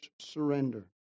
surrender